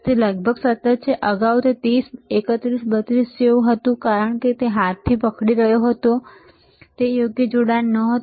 તે લગભગ સતત છે અગાઉ તે 31 32 જેવું હતું કારણ કે તે હાથથી પકડી રહ્યો હતો જોડાણ યોગ્ય નહોતું